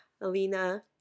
Alina